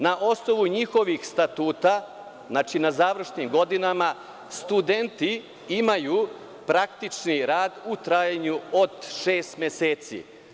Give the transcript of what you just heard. Na osnovu njihovih statuta, znači na završnim godinama, studenti imaju praktični rad u trajanju od šest meseci.